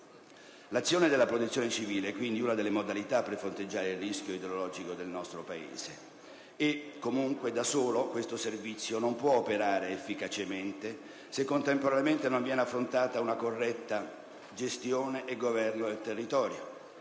L'azione della Protezione civile quindi è una delle modalità per fronteggiare il rischio idrogeologico del nostro Paese, e comunque, da solo, questo servizio non può operare efficacemente, se contemporaneamente non viene affrontata una corretta gestione e governo del territorio.